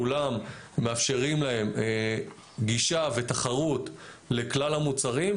כולם, מאפשרים להם גישה ותחרות לכלל המוצרים.